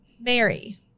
Mary